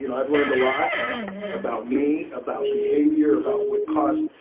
you know i've learnt a lot about me, about behavior, about what caused,